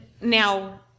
now